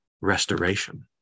restoration